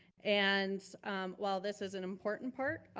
and while this is an important part,